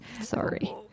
Sorry